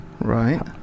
Right